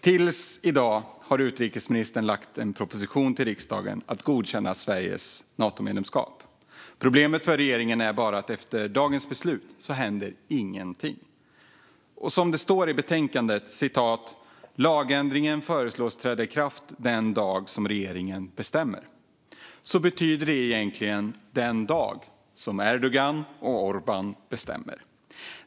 Till i dag har utrikesministern lagt fram en proposition för riksdagen om att godkänna Sveriges Natomedlemskap. Problemet för regeringen är bara att efter dagens beslut händer ingenting. Som det står i betänkandet: "Lagändringarna föreslås träda i kraft den dag som regeringen bestämmer." Det betyder egentligen den dag som Erdogan och Orbán bestämmer.